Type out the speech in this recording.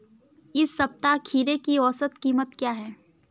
इस सप्ताह खीरे की औसत कीमत क्या है?